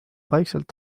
vaikselt